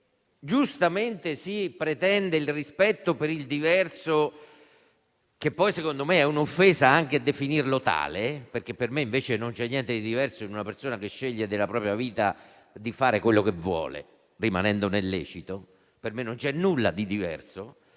Giustamente si pretende il rispetto per il diverso, ma secondo me è un'offesa anche definirlo tale perché per me, invece, non c'è niente di diverso in una persona che sceglie nella propria vita di fare ciò che vuole rimanendo nel lecito. Per me non c'è nulla di diverso